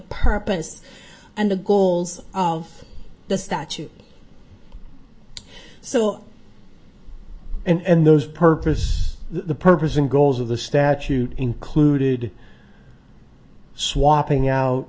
purpose and the goals of the statute so and those purpose the purpose and goals of the statute included swapping out